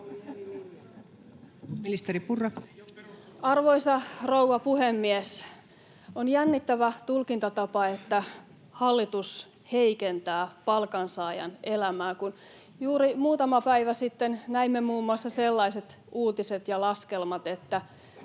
Arvoisa rouva puhemies! On jännittävä tulkintatapa, että hallitus heikentää palkansaajan elämää, kun juuri muutama päivä sitten näimme muun muassa sellaiset uutiset ja laskelmat, että